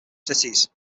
cities